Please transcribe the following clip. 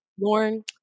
lauren